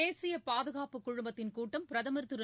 தேசிய பாதுகாப்புக் குழுமத்தின் கூட்டம் பிரதமர் திரு